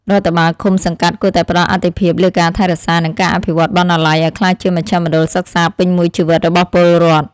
រដ្ឋបាលឃុំសង្កាត់គួរតែផ្តល់អាទិភាពលើការថែរក្សា និងការអភិវឌ្ឍបណ្ណាល័យឱ្យក្លាយជាមជ្ឈមណ្ឌលសិក្សាពេញមួយជីវិតរបស់ពលរដ្ឋ។